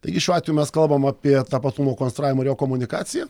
taigi šiuo atveju mes kalbam apie tapatumo konstravimo rekomunikaciją